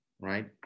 Right